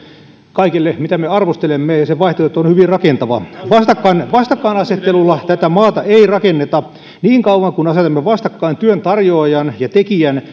kaikelle mitä me arvostelemme ja se vaihtoehto on hyvin rakentava vastakkainasettelulla tätä maata ei rakenneta niin kauan kuin asetamme vastakkain työn tarjoajan ja tekijän